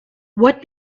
what